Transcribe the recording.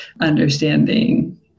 understanding